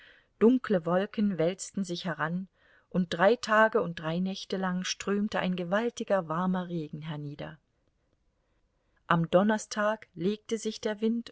dunkle wolken wälzten sich heran und drei tage und drei nächte lang strömte ein gewaltiger warmer regen hernieder am donnerstag legte sich der wind